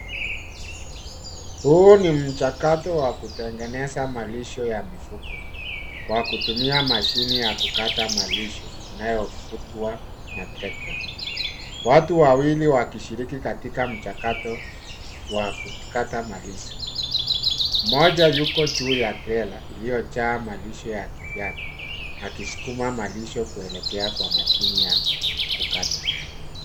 Huu ni mchakato wa kutegeneza malisho ya mifugo kwa kutumia mashine ya kukata malisho inayovutwa na treka. Watu wawili wakishiriki katika mchakato wa kukata malisho, mmoja yuko juu ya trela iliyojaa malisho ya kijani akisukuma malisho kuelekea kwa mashine ya kukata.